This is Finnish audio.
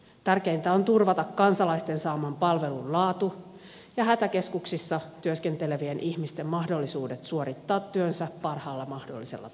tärkeintä on turvata kansalaisten saaman palvelun laatu ja hätäkeskuksissa työskentelevien ihmisten mahdollisuudet suorittaa työnsä parhaalla mahdollisella tavalla